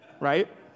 right